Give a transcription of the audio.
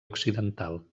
occidental